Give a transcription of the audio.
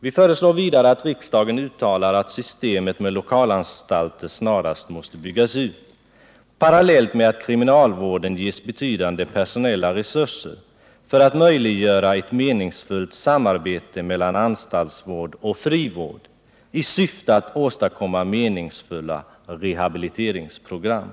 Vi föreslår vidare att riksdagen uttalar att systemet med lokalanstalter snarast måste byggas ut, parallellt med att kriminalvården ges betydande personella resurser för att möjliggöra ett meningsfullt samarbete mellan anstaltsvård och frivård i syfte att åstadkomma meningsfulla rehabiliteringsprogram.